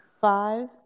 Five